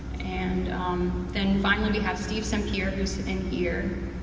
and then finally we have steve sempier who's in here,